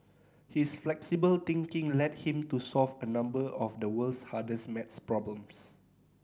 his flexible thinking led him to solve a number of the world's hardest maths problems